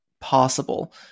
possible